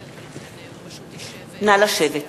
מקדמים בקימה את פני נשיא המדינה.) נא לשבת.